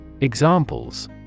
Examples